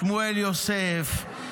שמואל יוסף,